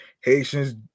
haitians